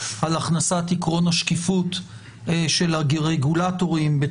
על הכנסת עיקרון השקיפות של הרגולטורים בתוך החוק.